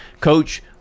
Coach